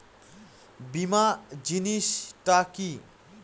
বীমা জিনিস টা কি?